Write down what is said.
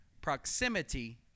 Proximity